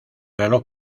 reloj